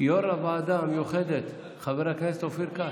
יו"ר הוועדה המיוחדת חבר הכנסת אופיר כץ.